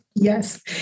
Yes